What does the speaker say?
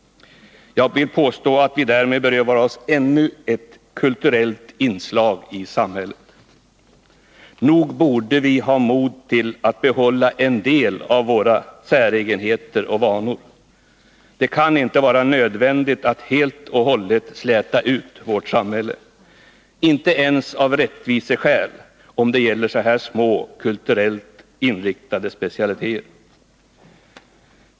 Jag vill påstå att vi därmed berövar oss ännu ett kulturellt inslag i samhället. Nog borde vi ha mod till att behålla en del av våra säregenheter och vanor. Det kan inte vara nödvändigt att helt och hållet ”släta ut” vårt samhälle, inte ens av rättviseskäl, om det gäller så här små kulturellt inriktade specialiteter.